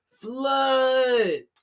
flood